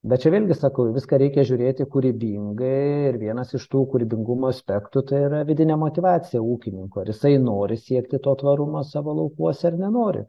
bet čia vėlgi sakau į viską reikia žiūrėti kūrybingai ir vienas iš tų kūrybingumo aspektų tai yra vidinė motyvacija ūkininko ar jisai nori siekti to tvarumo savo laukuose ar nenori